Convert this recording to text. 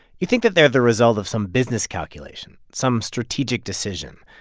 you think that they're the result of some business calculation, some strategic decision.